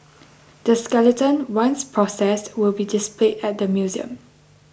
the skeleton once processed will be displayed at the museum